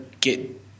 get